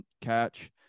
catch